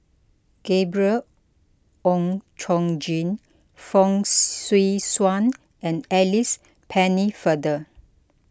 Gabriel Oon Chong Jin Fong Swee Suan and Alice Pennefather